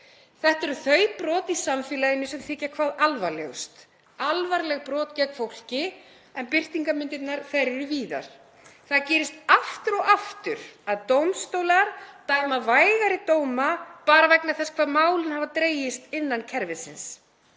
Þetta eru þau brot í samfélaginu sem þykja hvað alvarlegust, alvarleg brot gegn fólki. En birtingarmyndirnar eru víðar. Það gerist aftur og aftur að dómstólar dæma vægari dóma, bara vegna þess hve málin hafa dregist innan kerfisins.